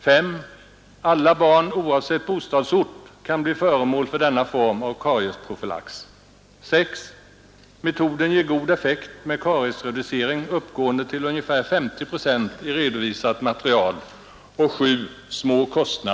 5) Alla barn — oavsett bostadsort — kan bli föremål för denna form av kariesprofylax. 6) Metoden ger god effekt med kariesreducering uppgående till ungefär 50 procent i redovisat material.